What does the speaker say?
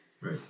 Right